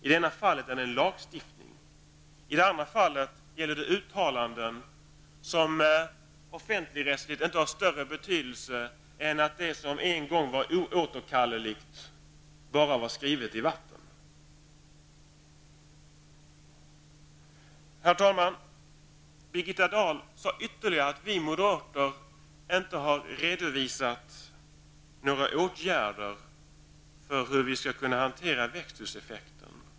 I det ena fallet gäller det lagstiftning, medan det i det andra fallet gäller uttalanden som offentligrättsligt inte har större betydelse än att det som en gång var oåterkalleligt bara var skrivet i vatten. Herr talman! Birgitta Dahl sade vidare att vi moderater inte har redovisat några åtgärder för hur växthuseffekten skall kunna hanteras.